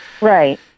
Right